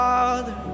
Father